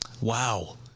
Wow